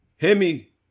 Hemi